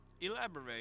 Elaborate